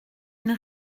une